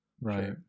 Right